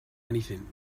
anything